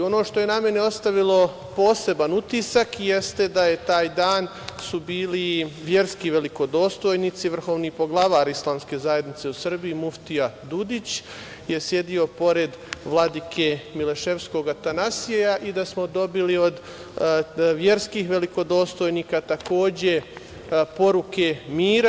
Ono što je na mene ostavilo poseban utisak jeste da su taj dan bili verski velikodostojnici, vrhovni poglavar islamske zajednice u Srbiji, muftija Dudić je sedeo pored vladike mileševskog Atanasija i da smo dobili od verskih velikodostojnika takođe poruke mira.